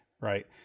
Right